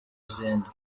izindi